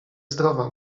zdrowa